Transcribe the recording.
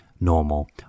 normal